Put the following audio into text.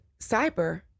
cyber